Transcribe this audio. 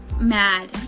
mad